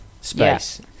space